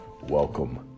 welcome